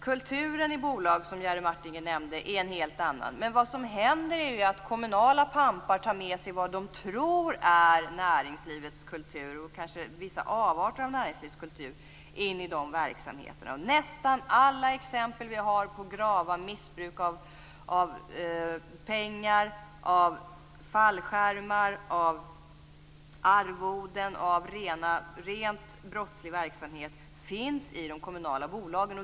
Kulturen i bolag är, som Jerry Martinger nämnde, en helt annan. Vad som händer är ju att kommunala pampar tar med sig vad de tror är näringslivets kultur, och kanske vissa avarter av näringslivets kultur, in i de verksamheterna. Nästan alla exempel vi har på gravt missbruk av pengar, fallskärmar och arvoden och på rent brottslig verksamhet finns i de kommunala bolagen.